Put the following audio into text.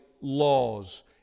laws